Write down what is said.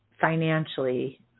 financially